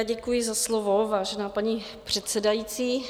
Děkuji za slovo, vážená paní předsedající.